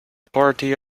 party